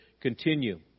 continue